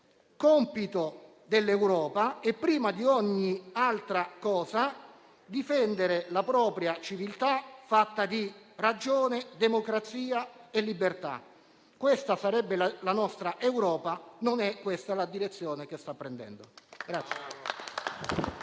compito dell'Europa, prima di ogni altra cosa, sia quello di difendere la propria civiltà fatta di ragione, democrazia e libertà. Tale sarebbe la nostra Europa, ma non è questa la direzione che sta prendendo.